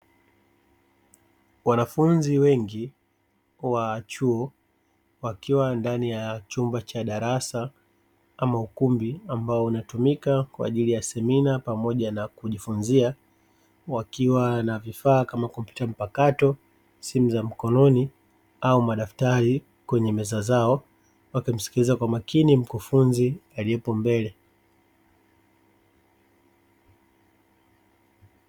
Wanafunzi wengi wa chuo wakiwa ndani ya chumba cha darasa ama ukumbi ambao unatumika kwa ajili ya semina pamoja na kujifunzia wakiwa na vifaa kama kompyuta mpakato, simu za mkononi au madaftari kwenye meza zao wakimsikiliza kwa makini mkufunzi aliyepo mbele.